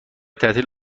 تعطیل